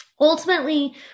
Ultimately